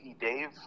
dave